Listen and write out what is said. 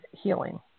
healing